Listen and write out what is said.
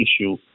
issue